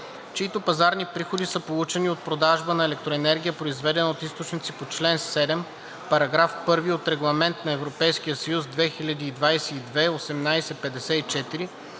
чиито пазарни приходи са получени от продажбата на електроенергия, произведена от източници по чл. 7, параграф 1 от Регламент (ЕС) 2022/1854,